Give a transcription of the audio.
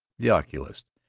the oculist,